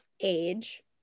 Age